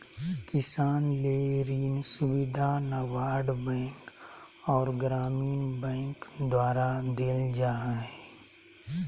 किसान ले ऋण सुविधा नाबार्ड बैंक आर ग्रामीण बैंक द्वारा देल जा हय